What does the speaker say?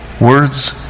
Words